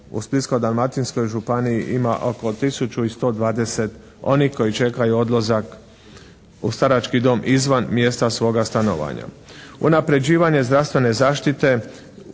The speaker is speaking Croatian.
u Splitsko-dalmatinskoj županiji ima oko tisuću i 120 onih koji čekaju odlazak u starački dom izvan mjesta svoga stanovanja. Unapređivanje zdravstvene zaštite